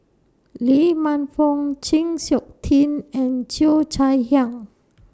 Lee Man Fong Chng Seok Tin and Cheo Chai Hiang